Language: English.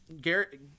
Garrett-